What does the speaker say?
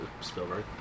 Spielberg